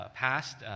passed